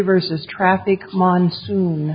versus traffic monsoon